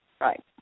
Right